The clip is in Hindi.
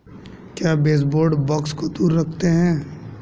क्या बेसबोर्ड बग्स को दूर रखते हैं?